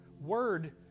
Word